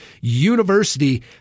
University